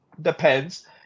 depends